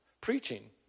preaching